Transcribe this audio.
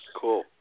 Cool